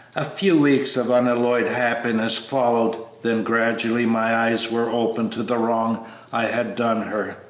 a few weeks of unalloyed happiness followed then gradually my eyes were opened to the wrong i had done her.